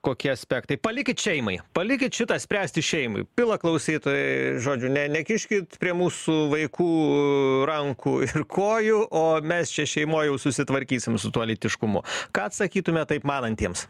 kokie aspektai palikit šeimai palikit šitą spręsti šeimai pila klausytojai žodžiu ne nekiškit prie mūsų vaikų rankų ir kojų o mes čia šeimoj jau susitvarkysim su tuo lytiškumu ką atsakytumėt taip manantiems